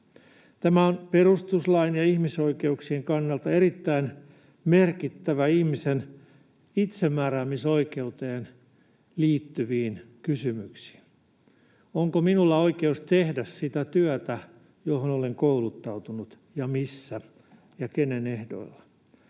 Tämä on perustuslain ja ihmisoikeuksien kannalta erittäin merkittävä, ihmisen itsemääräämisoikeuteen liittyvä kysymys. Onko minulla oikeus tehdä sitä työtä, johon olen kouluttautunut, missä ja kenen ehdoilla?